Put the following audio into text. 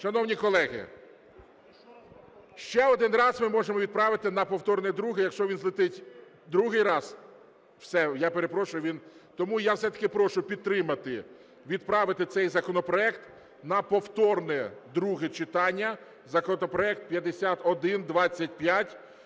Шановні колеги, ще один раз ми можемо відправити на повторне друге. Якщо він злетить другий раз – все, я перепрошую, він… Тому я все-таки прошу підтримати відправити цей законопроект на повторне друге читання. Законопроект 5125